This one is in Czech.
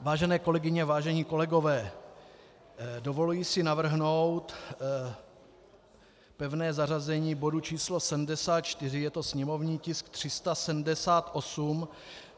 Vážené kolegyně, vážení kolegové, dovoluji si navrhnout pevné zařazení bodu číslo 74, je to sněmovní tisk 378,